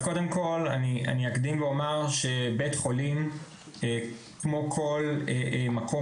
קודם כל אקדים ואומר שבית חולים כמו כל מקום